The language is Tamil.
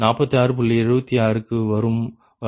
76 க்கு வரும் வரை நிலையானதாக இருக்கும்